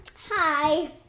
Hi